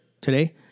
today